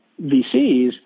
VCs